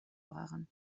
waren